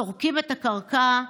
סורקים את הקרקע,